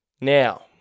Now